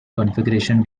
configuration